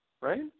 right